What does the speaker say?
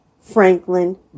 Franklin